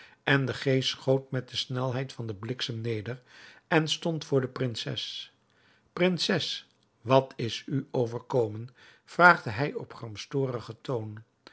en de geest schoot met de snelheid van den bliksem neder en stond voor de prinses prinses wat is u overkomen vraagde hij op gramstorigen toon